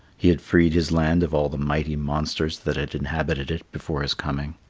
he had freed his land of all the mighty monsters that had inhabited it before his coming.